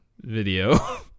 video